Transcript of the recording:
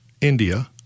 India